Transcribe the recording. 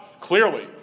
clearly